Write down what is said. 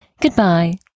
Goodbye